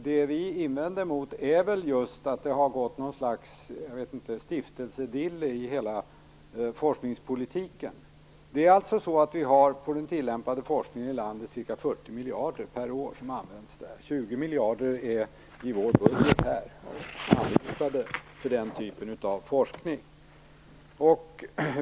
Det vi invänder mot är just att det har gått något slags stiftelsedille i hela forskningspolitiken. Vi har alltså för den tillämpade forskningen i landet ca 40 miljarder per år, som används där. 20 miljarder i vår budget är anvisade för den typen av forskning.